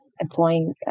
employing